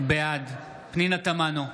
בעד פנינה תמנו,